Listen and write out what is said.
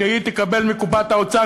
כשהיא תקבל מקופת האוצר,